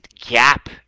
gap